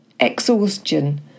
exhaustion